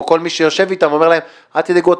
או כל מי שיושב איתם אומר להם: אל תדאגו,